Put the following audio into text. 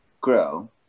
grow